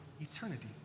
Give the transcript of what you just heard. eternity